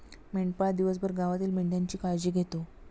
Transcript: मेंढपाळ दिवसभर गावातील मेंढ्यांची काळजी घेतो